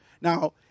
now